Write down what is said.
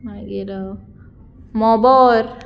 मागीर मोबोर